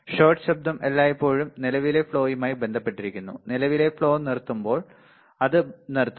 shot ശബ്ദം എല്ലായ്പ്പോഴും നിലവിലെ ഫ്ലോയുമായി ബന്ധപ്പെട്ടിരിക്കുന്നു നിലവിലെ ഫ്ലോ നിർത്തുമ്പോൾ അത് നിർത്തുന്നു